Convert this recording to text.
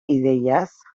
ideiaz